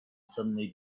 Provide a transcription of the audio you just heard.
suddenly